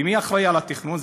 ומי אחראי לתכנון?